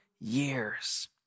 years